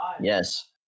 Yes